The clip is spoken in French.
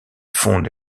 fondent